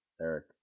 Eric